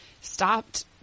stopped